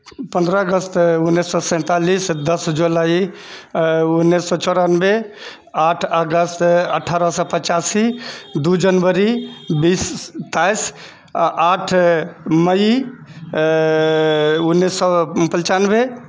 पन्द्रह अगस्त उन्नैस सए सैंतालिस दश जुलाइ उन्नैस सए चोरानबे आठ अगस्त अठ्ठराह सए पचासी दू जनवरी बीस तेइस आठ मइ उन्नैस सए पञ्चानबे